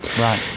Right